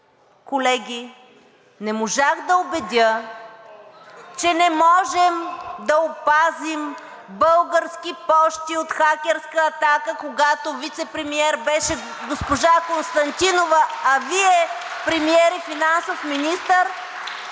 колеги, не можах да убедя, (възгласи: „Ооо!“), че не можем да опазим „Български пощи“ от хакерска атака, когато вицепремиер беше госпожа Константинова, а Вие премиер и финансов министър